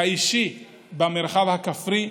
האישי במרחב הכפרי,